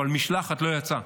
אבל משלחת לא יצאה.